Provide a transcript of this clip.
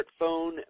Smartphone